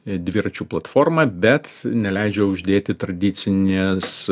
dviračių platformą bet neleidžia uždėti tradicinės